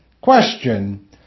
Question